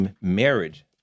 marriage